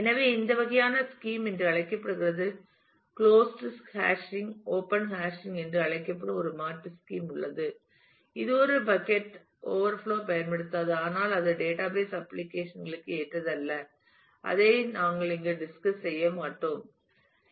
எனவே இந்த வகையான ஸ்கீம் என்று அழைக்கப்படுகிறது குலோஸ்ட் ஹாஷிங் ஓபன் ஹேஷிங் என்று அழைக்கப்படும் ஒரு மாற்றுத் ஸ்கீம் உள்ளது இது ஒரு பக்கட் ஓவர்ஃப்லோ பயன்படுத்தாது ஆனால் அது டேட்டாபேஸ் அப்ளிகேஷன் களுக்கு ஏற்றது அல்ல அதை நாங்கள் இங்கு டிஸ்கஸ் செய்ய மாட்டோம்